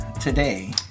today